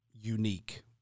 unique